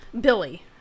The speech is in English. Billy